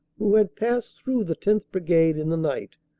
who had passed through the tenth. brigade in the night,